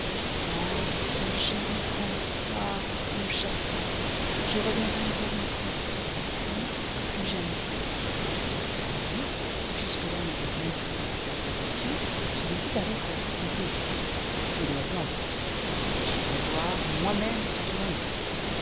mon cher enfant ah mon cher frère je reviendrai encore une fois puis plus jamais la nourrice qui jusque-là n'avait rien dit de ces apparitions se décide alors à les raconter au roi et le roi dit j'irai voir moi même ce qu'il en est